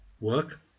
Work